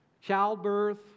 childbirth